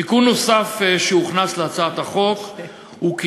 תיקון נוסף שהוכנס להצעת החוק הוא כי